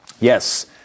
Yes